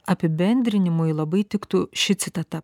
apibendrinimui labai tiktų ši citata